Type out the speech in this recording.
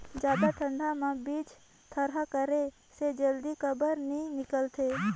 जादा ठंडा म बीजा थरहा करे से जल्दी काबर नी निकलथे?